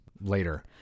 later